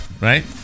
right